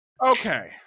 Okay